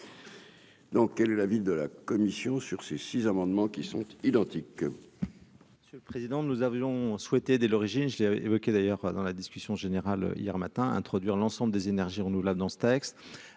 Donc, quelle est la ville de la commission sur ces six amendements qui sont identiques. Le président nous avions souhaité dès l'origine, je l'avais évoqué d'ailleurs dans la discussion générale, hier matin, introduire l'ensemble des énergies renouvelables dans ce texte,